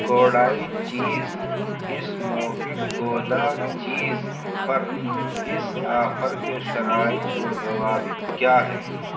Kodai cheese smoked gouda cheese پر اس offer کے شرائط و ضوابط کیا ہے